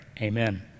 amen